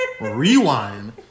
Rewind